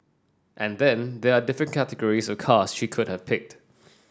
and then there are the different categories of cars she could have picked